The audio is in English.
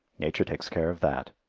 nature takes care of that.